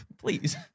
Please